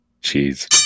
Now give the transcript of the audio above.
Cheese